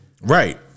Right